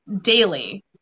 daily